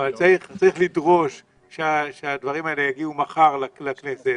צריך לדרוש שהדברים האלה יגיעו מחר לכנסת,